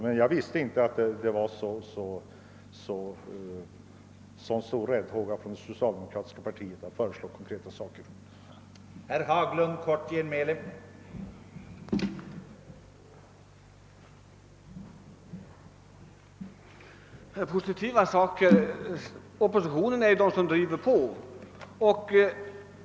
Men jag visste inte, att man från det socialdemokratiska partiet hyste en så stor räddhåga för att föreslå konkreta åtgärder på detta område.